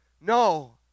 no